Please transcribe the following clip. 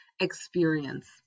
experience